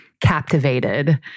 captivated